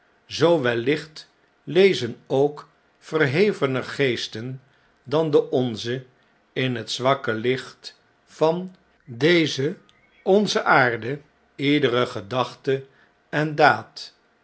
zoo wellicht lezen ook verhevener geesten dan de onze in het zwakke licht van deze onze aarde iedere gedachte en